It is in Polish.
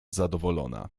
zadowolona